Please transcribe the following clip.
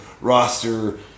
roster